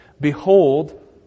Behold